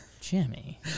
Jimmy